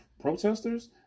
protesters